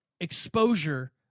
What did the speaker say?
exposure